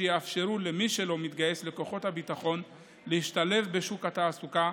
שיאפשרו למי שלא מתגייס לכוחות הביטחון להשתלב בשוק התעסוקה,